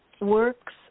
works